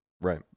Right